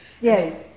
Yes